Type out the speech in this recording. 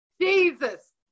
Jesus